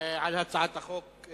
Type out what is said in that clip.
על הצעת החוק.